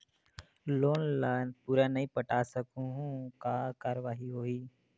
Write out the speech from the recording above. Loan ला पूरा नई पटा सकहुं का कारवाही होही?